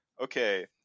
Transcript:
okay